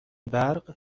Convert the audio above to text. برق